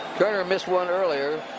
turner missed one earlier.